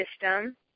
system